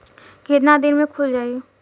कितना दिन में खुल जाई?